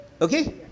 Okay